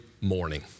morning